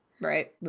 Right